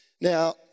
Now